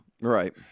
Right